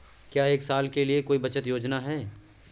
क्या एक साल के लिए कोई बचत योजना है?